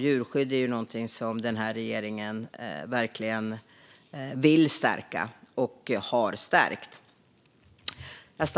Djurskydd är något som regeringen verkligen vill stärka och har stärkt.